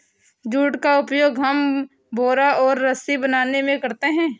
jute का उपयोग हम बोरा और रस्सी बनाने में करते हैं